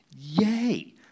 Yay